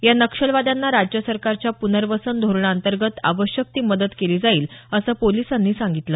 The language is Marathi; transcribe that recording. या नक्षलवाद्यांना राज्य सरकारच्या प्नर्वसन धोरणाअंतर्गत आवश्यक ती मदत केली जाईल असं पोलिसांनी सांगितलं